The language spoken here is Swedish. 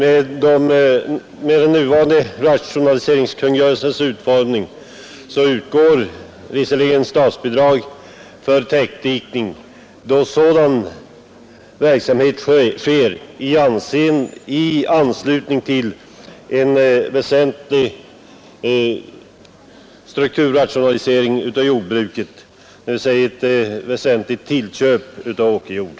Som den nu gällande rationaliseringskungörelsen är utformad går det att få statsbidrag för täckdikning då dikningen görs i samband med en väsentlig strukturrationalisering i jordbruket eller, som det nu sägs, vid väsentligt tillköp av åkerjord.